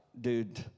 dude